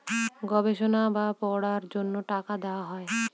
গবেষণা বা পড়ার জন্য টাকা দেওয়া হয়